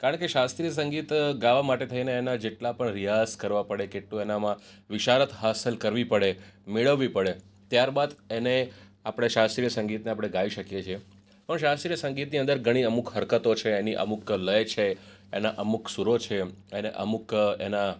કારણ કે શાસ્ત્રીય સંગીત ગાવા માટે થઈને એના જેટલા પણ રિયાઝ કરવા પડે કેટલો એનામાં વિશારત હાસિલ કરવી પડે મેળવવી પડે ત્યાર બાદ એને આપડે શાસ્ત્રીય સંગીતને આપડે ગાઈ શકીએ છે પણ શાસ્ત્રીય સંગીતની અંદર ઘણી અમુક હરકતો છે એની અમુક લય છે એના અમુક સૂરો છે એના અમુક એના